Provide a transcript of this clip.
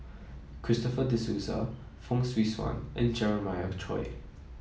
Christopher De Souza Fong Swee Suan and Jeremiah Choy